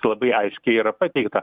labai aiškiai yra pateikta